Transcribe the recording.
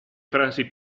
frasi